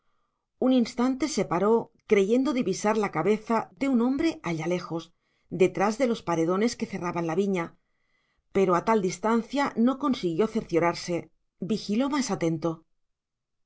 un instante se paró creyendo divisar la cabeza de un hombre allá lejos detrás de los paredones que cerraban la viña pero a tal distancia no consiguió cerciorarse vigiló más atento